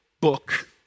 book